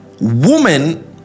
woman